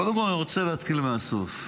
קודם כול, אני רוצה להתחיל מהסוף.